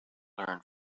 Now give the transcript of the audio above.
learn